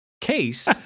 case